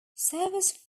service